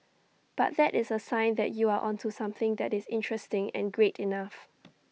but that is A sign that you are onto something that is interesting and great enough